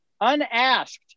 unasked